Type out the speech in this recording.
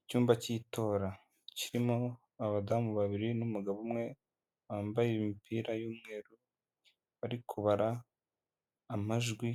Icyumba cy'itora kirimo abadamu babiri n'umugabo umwe, bambaye imipira y'umweru, bari kubara amajwi